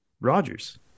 Rodgers